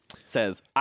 Says